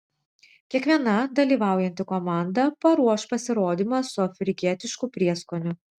kiekviena dalyvaujanti komanda paruoš pasirodymą su afrikietišku prieskoniu